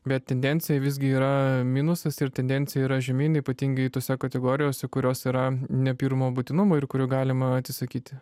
bet tendencija visgi yra minusas ir tendencija yra žemyn ypatingai tose kategorijose kurios yra ne pirmo būtinumo ir kurių galima atsisakyti